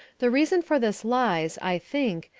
the reason for this lies, i think,